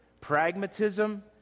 pragmatism